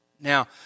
Now